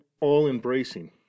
all-embracing